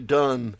done